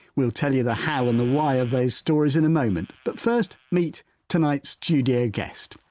we'll tell you the how and the why of those stories in a moment. but first, meet tonight's studio guest.